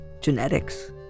Genetics